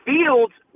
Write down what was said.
Fields